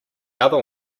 other